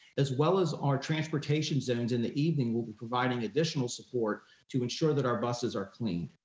as well as our transportation zones in the evening, we'll be providing additional support to ensure that our buses are clean.